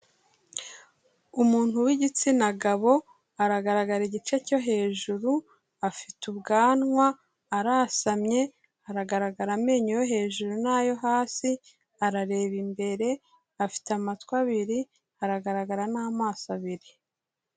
Umuntu w'igitsina gabo aragaragara igice cyo hejuru, afite ubwanwa, arasamye, aragaragara amenyo yo hejuru n'ayo hasi, arareba imbere afite, amatwi abiri, aragaragara n'amaso abiri.